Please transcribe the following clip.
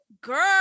girl